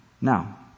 Now